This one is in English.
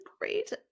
great